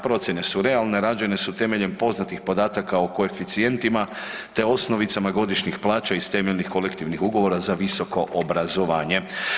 Procjene su realne, rađene su temeljem poznatih podataka o koeficijentima te osnovicama godišnjih plaća iz temeljnih kolektivnih ugovora za visoko obrazovanje.